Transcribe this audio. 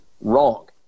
wrong